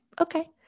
Okay